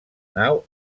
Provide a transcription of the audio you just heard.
nau